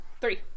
three